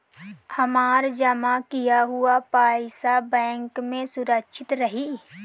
हमार जमा किया हुआ पईसा बैंक में सुरक्षित रहीं?